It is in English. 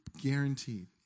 guaranteed